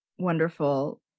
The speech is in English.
Wonderful